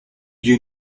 you